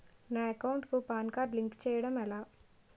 నా అకౌంట్ కు PAN card link చేయడం ఎలా?